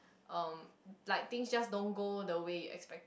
um like things just don't go the way you expected